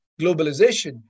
globalization